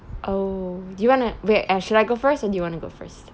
oh do you want to wait should I go first or do you want to go first